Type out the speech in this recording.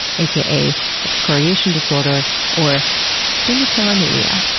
aka excoriation disorder or dermatillomania.